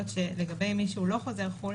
שלגבי מי שהוא לא חוזר חו"ל,